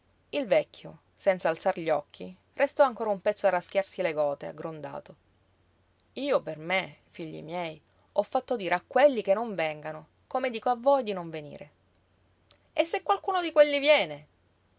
il vecchio senza alzar gli occhi restò ancora un pezzo a raschiarsi le gote aggrondato io per me figli miei ho fatto dire a quelli che non vengano come dico a voi di non venire e se qualcuno di quelli viene